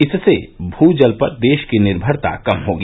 इससे भू जल पर देश की निर्मरता कम होगी